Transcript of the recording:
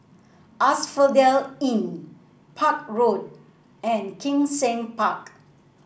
Asphodel Inn Park Road and Kim Seng Park